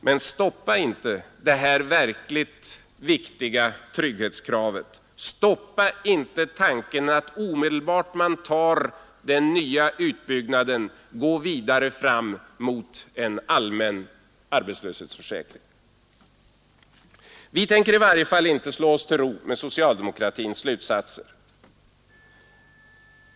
Men stoppa inte det här verkligt viktiga trygghetskravet! Stoppa inte tanken att omedelbart när man tar den nya utbyggnaden gå vidare fram mot en allmän sysselsättningsförsäkring! Vi tänker i varje fall inte slå oss till ro med socialdemokratins slutsatser.